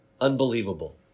Unbelievable